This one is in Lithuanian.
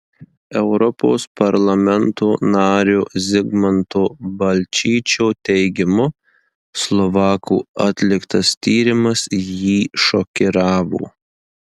europos parlamento nario zigmanto balčyčio teigimu slovakų atliktas tyrimas jį šokiravo